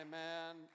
Amen